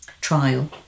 trial